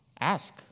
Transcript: Ask